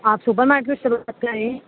آپ supermarket سے بات کر رہے ہیں